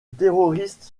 terroriste